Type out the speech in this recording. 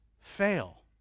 fail